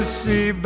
see